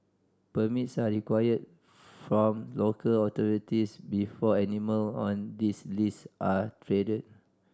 permits are required from local authorities before animal on this list are traded